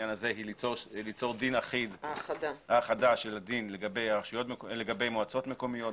בעניין הזה היא ליצור האחדה של הדין לגבי מועצות מקומיות,